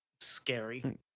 scary